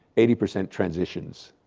eighty percent transitions.